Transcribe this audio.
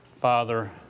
Father